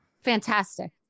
Fantastic